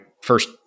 first